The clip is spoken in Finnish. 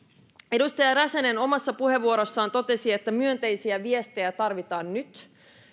edustaja räsänen omassa puheenvuorossaan totesi että myönteisiä viestejä tarvitaan nyt